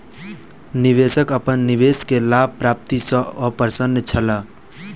निवेशक अपन निवेश के लाभ प्राप्ति सॅ अप्रसन्न छला